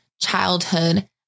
childhood